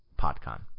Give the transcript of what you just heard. PodCon